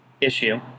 issue